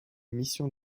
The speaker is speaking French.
missions